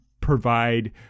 provide